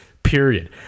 Period